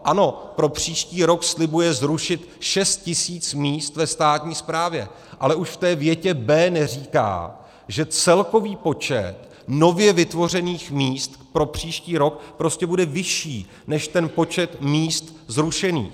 Ano, pro příští rok slibuje zrušit 6 tis. míst ve státní správě, ale už v té větě b) neříká, že celkový počet nově vytvořených míst pro příští rok prostě bude vyšší než ten počet míst zrušených.